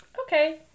Okay